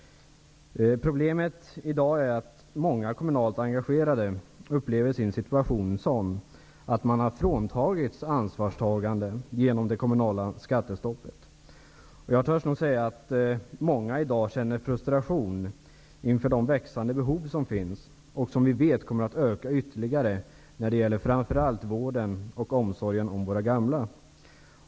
Problemet är att många kommunalt engagerade i dag upplever det som att de har fråntagits ansvarstagandet genom det kommunala skattestoppet. Jag törs nog säga att många i dag känner frustration inför de växande behov som finns och som vi vet kommer att öka ytterligare, framför allt när det gäller vården och omsorgen om våra gamla.